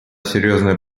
серьезная